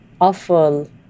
awful